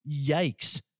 Yikes